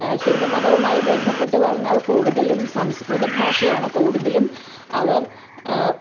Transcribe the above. ഹിന്ദുമതവും ആയി ബന്ധപ്പെട്ട് പറഞ്ഞാൽ കൂടുതലും സംസ്കൃതഭാഷയാണ് കൂടുതലും അവർ